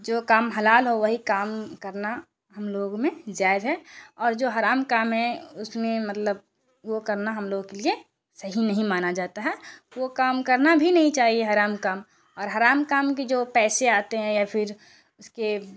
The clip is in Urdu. جو کام حلال ہو وہی کام کرنا ہم لوگوں میں جائز ہے اور جو حرام کام ہے اس میں مطلب وہ کرنا ہم لوگوں کے لیے صحیح نہیں مانا جاتا ہے وہ کام کرنا بھی نہیں چاہیے حرام کام اور حرام کام کی جو پیسے آتے ہیں یا پھر اس کے